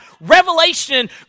revelation